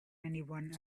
anyone